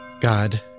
God